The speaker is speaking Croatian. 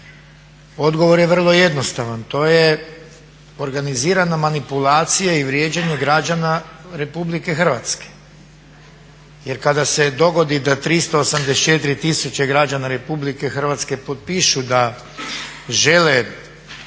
Odgovor je vrlo jednostavan, to je organizirana manipulacija i vrijeđanje građana RH. Jer kada se dogodi da 384 tisuće građana RH potpišu da žele